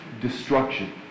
destruction